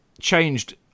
changed